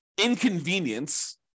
inconvenience